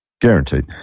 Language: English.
guaranteed